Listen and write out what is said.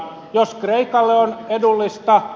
jos kreikalle on edullista